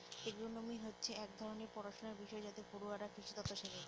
agronomy হচ্ছে এক ধরনের পড়াশনার বিষয় যাতে পড়ুয়ারা কৃষিতত্ত্ব শেখে